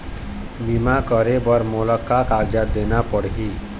बीमा करे बर मोला का कागजात देना पड़ही?